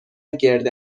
گرد